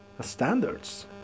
standards